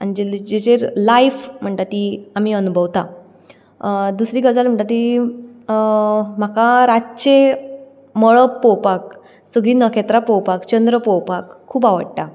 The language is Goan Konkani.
आनी जेचेर लाइफ म्हणटा ती आमी अणभवता दुसरी गजाल म्हणटा ती म्हाका रातचें मळब पळोवपाक सगळीं नखेत्रां पोवपाक चंद्र पोवपाक खूब आवडटा